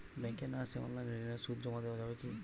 ব্যাংকে না এসে অনলাইনে ঋণের সুদ জমা দেওয়া যাবে কি?